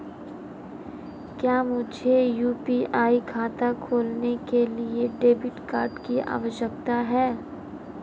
क्या मुझे यू.पी.आई खाता खोलने के लिए डेबिट कार्ड की आवश्यकता है?